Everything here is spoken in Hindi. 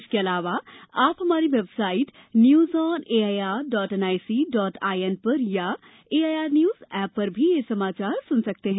इसके अलावा आप हमारी website news on A I R dot N I C dot I N पर अथवा A I R news app पर भी समाचार सुन सकते हैं